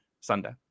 Sunday